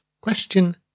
Question